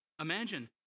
Imagine